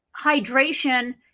hydration